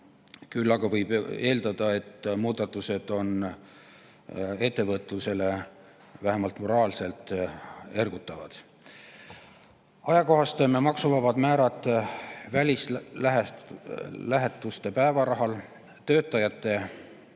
küll aga võib eeldada, et muudatused on ettevõtlusele vähemalt moraalselt ergutavad. Ajakohastame maksuvabad määrad välislähetuste päevaraha, töötajate